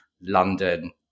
London